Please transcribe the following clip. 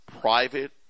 private